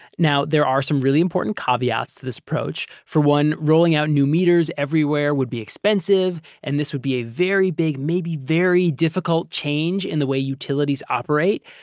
now there are some really important caveats to this approach. for one, rolling out new meters everywhere would be expensive and this would be a very big, maybe very difficult change in the way utilities operate.